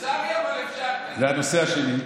והנושא השני?